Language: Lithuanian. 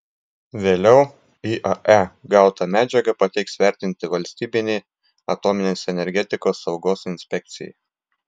vėliau iae gautą medžiagą pateiks vertinti valstybinei atominės energetikos saugos inspekcijai